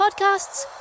Podcasts